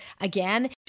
again